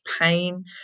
pain